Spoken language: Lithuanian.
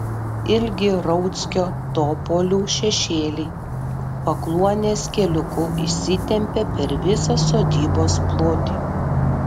ilgi rauckio topolių šešėliai pakluonės keliuku išsitempia per visą sodybos plotį